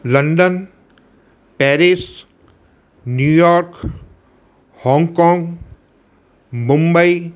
London Paris New York Hong Kong Mumbai